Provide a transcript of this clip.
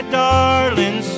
darling